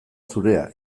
zurea